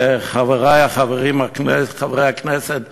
חברי חברי הכנסת הערבים,